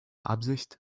absicht